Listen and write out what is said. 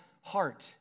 heart